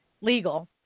legal